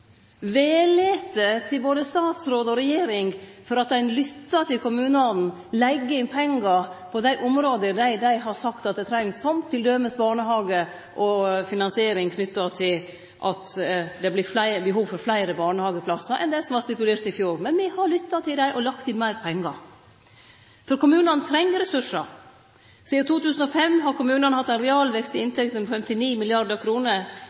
til både statsråd og regjering for at ein lyttar til kommunane og legg inn pengar på dei områda dei har sagt at det trengst, som t.d. barnehage og finansiering knytt til at det vart behov for fleire barnehageplassar enn det som var stipulert i fjor. Me har lytta til dei og lagt inn meir pengar. Kommunane treng ressursar. Sidan 2005 har kommunane hatt ein realvekst i